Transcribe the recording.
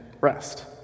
rest